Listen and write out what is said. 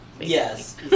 Yes